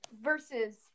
versus